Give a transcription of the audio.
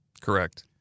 Correct